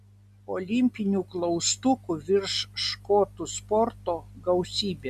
olimpinių klaustukų virš škotų sporto gausybė